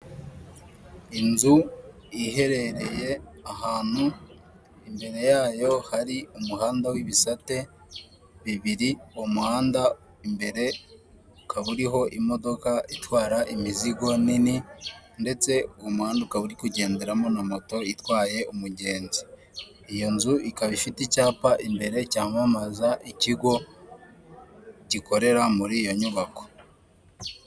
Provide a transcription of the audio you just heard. Inzu iherereye ahantu imbere yayo hari umuhanda w'ibisate bibiri, uwo muhanda imbere ukaba uriho imodoka itwara imizigo nini ndetse uwo muhanda uka uri kugenderamo na moto itwaye umugenzi iyo nzu ikaba ifite icyapa imbere cyamamaza ikigo gikorera muri iyo nyubako.